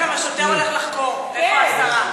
רגע, אני אגיד לכם: השוטר הולך לחקור איפה השרה.